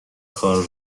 کار